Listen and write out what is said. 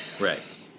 Right